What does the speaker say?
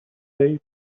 day